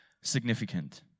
significant